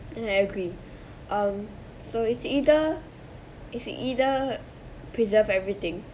and I agree um so it's either it's either preserve everything